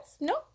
no